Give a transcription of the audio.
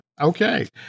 Okay